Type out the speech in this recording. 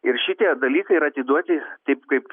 ir šitie dalykai yra atiduoti taip kaip